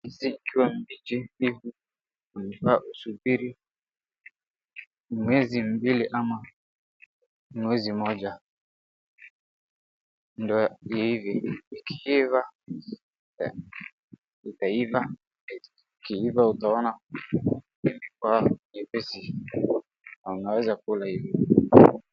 Ndizi ikiwa mbichi mbivu unafaa usubiri miezi mbili ama mwezi mmoja ndio iive, ikiiva, itaiva ikiiva utaona imekuwa nyepesi na unaweza kula hivo.